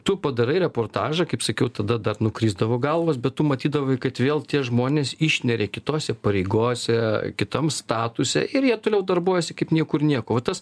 tu padarai reportažą kaip sakiau tada dar nukrisdavo galvos bet tu matydavai kad vėl tie žmonės išneria kitose pareigose kitam statuse ir jie toliau darbuojasi kaip niekur nieko va tas